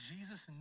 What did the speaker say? Jesus